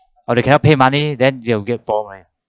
or they cannot pay money then they'll get